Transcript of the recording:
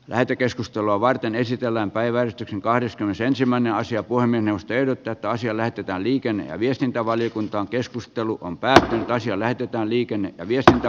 lähetekeskustelua varten esitellään päivän kahdeskymmenesensimmäinen asia kuin ennusteet opettaa siellä pitää liikenne ja viestintävaliokuntaan keskustelu on päättynyt ja lähetetään liikenne viestintä